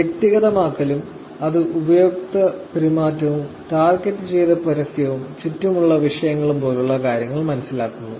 വ്യക്തിഗതമാക്കലും അത് ഉപയോക്തൃ പെരുമാറ്റവും ടാർഗെറ്റുചെയ്ത പരസ്യവും ചുറ്റുമുള്ള വിഷയങ്ങളും പോലുള്ള കാര്യങ്ങൾ മനസ്സിലാക്കുന്നു